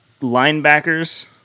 linebackers